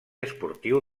esportiu